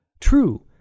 True